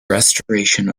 restoration